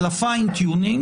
על ה-fine tuning,